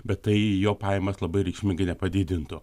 bet tai jo pajamas labai reikšmingai nepadidintų